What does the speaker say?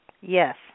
Yes